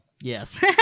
Yes